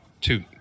Two